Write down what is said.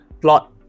plot